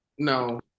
No